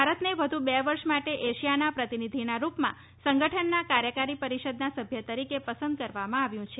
ભારતને વધુ બે વર્ષ માટે એશિયાના પ્રતિનિધિના રૂપમાં સંગઠનના કાર્યકારી પરિષદના સભ્ય તરીકે પસંદ કરવામાં આવ્યું છે